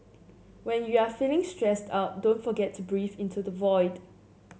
when you are feeling stressed out don't forget to breathe into the void